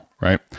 right